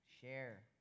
Share